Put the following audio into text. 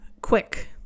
quick